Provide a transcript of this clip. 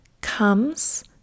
comes